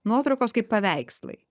nuotraukos kaip paveikslai